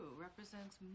represents